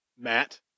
Matt